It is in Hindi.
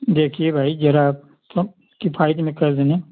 देखिए भाई ज़रा आप कम किफ़ायती में कर देना